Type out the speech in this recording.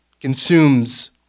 consumes